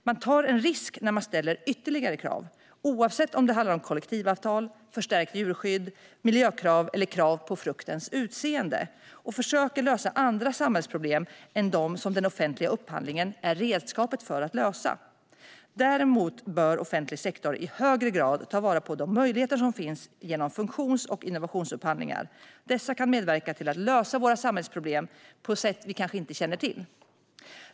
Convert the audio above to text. Man tar en risk när man ställer ytterligare krav - oavsett om det handlar om kollektivavtal, förstärkt djurskydd, miljökrav eller krav på fruktens utseende - och försöker lösa andra samhällsproblem än dem som den offentliga upphandlingen är redskapet för att lösa. Däremot bör offentlig sektor i högre grad ta vara på de möjligheter som finns genom funktions och innovationsupphandlingar. Dessa kan medverka till att lösa våra samhällsproblem på sätt vi kanske inte känner till.